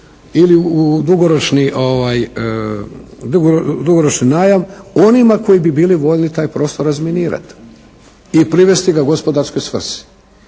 ili u dugoročni najam onima koji bi bili voljni taj prostor razminirati i privesti ga gospodarskoj svrsi.